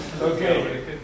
Okay